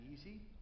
easy